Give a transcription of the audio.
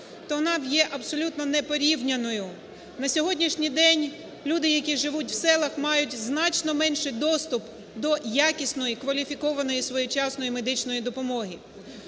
то вона є абсолютно непорівняною. На сьогоднішній день люди, які живуть в селах, мають значно менший доступ до якісної, кваліфікованої і своєчасної медичної допомоги.